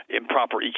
improper